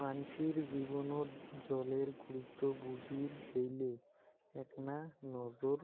মানষির জীবনত জলের গুরুত্ব বুজির গেইলে এ্যাকনা নজর